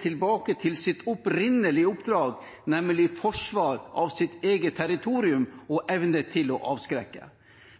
tilbake til sitt opprinnelige oppdrag, nemlig forsvar av eget territorium og evne til å avskrekke.